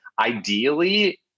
Ideally